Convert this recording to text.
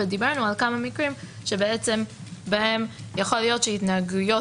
ודיברנו על כמה מקרים שבהם יכול להיות שהתנהגויות